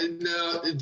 no